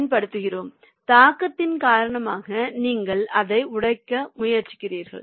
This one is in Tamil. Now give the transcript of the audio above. பயன்படுத்துகிறோம் தாக்கத்தின் காரணமாக நீங்கள் அதை உடைக்க முயற்சிக்கிறீர்கள்